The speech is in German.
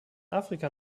afrika